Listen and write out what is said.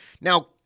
Now